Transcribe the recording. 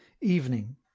evening